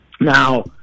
Now